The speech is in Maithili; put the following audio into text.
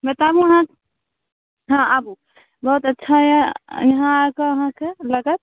बताबू अहाँ हँ आबू बहुत अच्छा हइ यहाँ आके अहाँके लागत